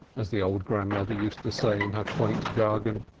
as the old grandmother used to say in her quaint jargon.